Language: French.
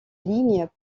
lignes